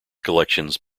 collections